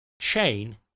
chain